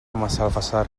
massalfassar